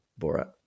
Borat